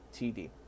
TD